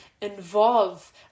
involve